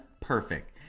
perfect